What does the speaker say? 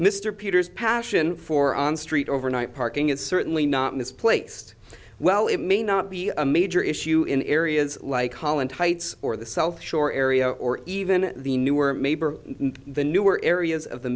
mr peters passion for on street overnight parking is certainly not misplaced well it may not be a major issue in areas like holland heights or the south shore area or even the newer mayberg the newer areas of the